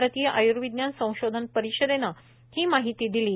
भारतीय आय्र्विज्ञान संशोधन परिषदेनं ही माहिती दिली आहे